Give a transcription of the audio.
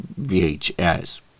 VHS